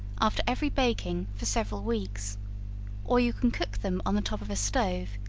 after every baking, for several weeks or you can cook them on the top of a stove,